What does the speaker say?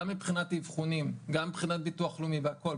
גם מבחינת אבחונים, גם מבחינת ביטוח לאומי, בהכל.